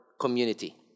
community